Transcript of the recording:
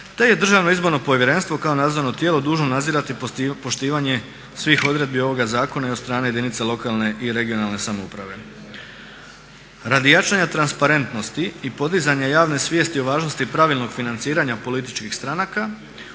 te je Državno izborno povjerenstvo kao nadzorno tijelo dužno nadzirati poštivanje svih odredbi ovoga zakona i od strane jedinica lokalne i regionalne samouprave. Radi jačanja transparentnosti i podizanja javne svijesti o važnosti pravilnog financiranja političkih stranaka